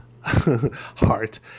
heart